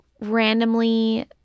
randomly